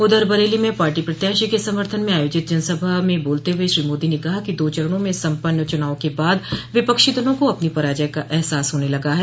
उधर बरेली में पार्टी प्रत्याशी के समर्थन में आयोजित जनसभा में बोलते हुए श्री मोदी ने कहा कि दो चरणों में सम्पन्न च्रनाव के बाद विपक्षी दलों को अपनी पराजय का अहसास होने लगा है